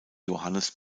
johannes